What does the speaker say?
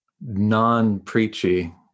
non-preachy